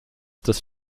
des